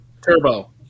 Turbo